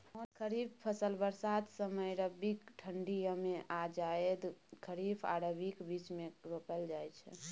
खरीफ फसल बरसात समय, रबी ठंढी यमे आ जाएद खरीफ आ रबीक बीचमे रोपल जाइ छै